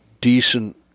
decent